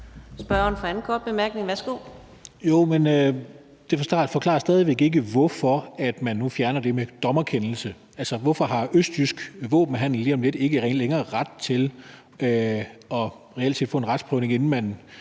Steffen Larsen (LA): Men det forklarer stadig væk ikke, hvorfor man nu fjerner det med dommerkendelsen. Hvorfor har Østjysk Våbenhandel lige om lidt ikke længere ret til reelt set at få en retsprøvelse, inden man